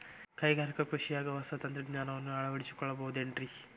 ಕೈಗಾರಿಕಾ ಕೃಷಿಯಾಗ ಹೊಸ ತಂತ್ರಜ್ಞಾನವನ್ನ ಅಳವಡಿಸಿಕೊಳ್ಳಬಹುದೇನ್ರೇ?